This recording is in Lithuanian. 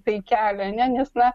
tai kelia ne nes na